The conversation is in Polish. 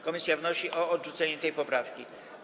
Komisja wnosi o odrzucenie tej poprawki.